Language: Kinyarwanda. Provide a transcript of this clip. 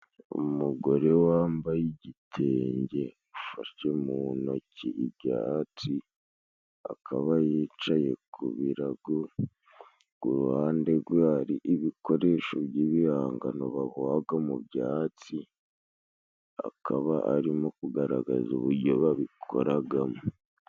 Umugore wambaye igitenge, ufashe mu ntoki ibyatsi. Akaba yicaye ku birago, ku ruhande gwe hari ibikoresho by'ibihangano babohaga mu byatsi, akaba arimo kugaragaza uburyo babikoragamo.